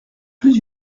plus